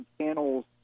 channels